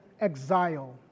exile